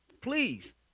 Please